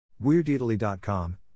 WeirdItaly.com